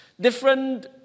Different